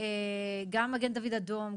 גם מגן דוד אדום,